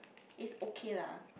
it's okay lah